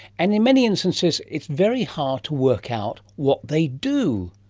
and in many instances it's very hard to work out what they do.